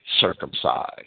circumcised